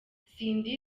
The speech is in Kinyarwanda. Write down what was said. cindy